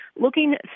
Looking